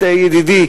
ידידי,